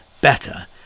better